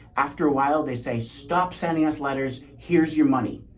after a while they say, stop sending us letters. here's your money.